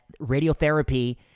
radiotherapy